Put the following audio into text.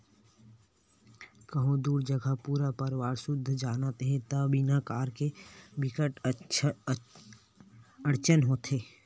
कहूँ दूसर जघा पूरा परवार सुद्धा जाना हे त बिना कार के बिकट अड़चन होथे